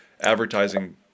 advertising